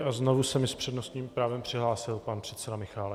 A znovu se mi s přednostním právem přihlásil pan předseda Michálek.